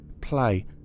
play